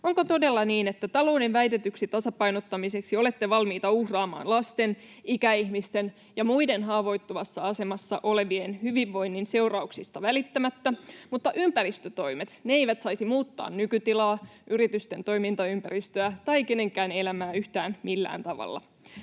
Onko todella niin, että talouden väitetyksi tasapainottamiseksi olette valmiita uhraamaan lasten, ikäihmisten ja muiden haavoittuvassa asemassa olevien hyvinvoinnin seurauksista välittämättä mutta ympäristötoimet eivät saisi muuttaa nykytilaa, yritysten toimintaympäristöä tai kenenkään elämää yhtään millään tavalla?